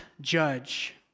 judge